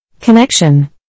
Connection